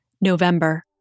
November